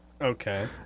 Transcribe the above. Okay